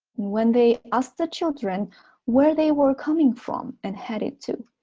when they asked the children where they were coming from and headed to,